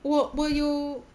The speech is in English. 我我有